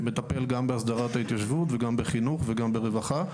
שמטפל גם בהסדרת ההתיישבות וגם בחינוך וגם ברווחה,